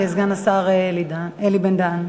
לסגן השר אלי בן-דהן.